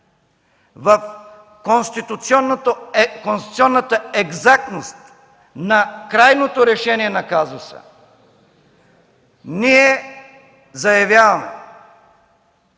в конституционната екзактност на крайното решение на казуса, ние заявяваме